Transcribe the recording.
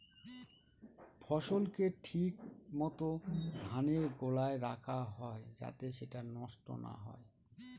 ফসলকে ঠিক মত ধানের গোলায় রাখা হয় যাতে সেটা নষ্ট না হয়